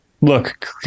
Look